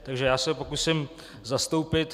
Takže já se ho pokusím zastoupit.